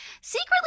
secretly